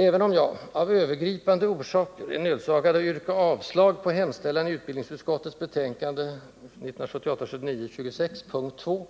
Även om jag, av övergripande orsaker, är nödsakad att yrka avslag på hemställan i utbildningsutskottets betänkande 1978/79:26, mom. 2,